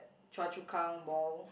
Choa-Chu-Kang mall